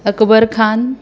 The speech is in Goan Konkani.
अकबर खान